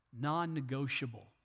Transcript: non-negotiable